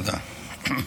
תודה.